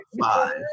five